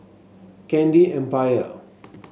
Candy Empire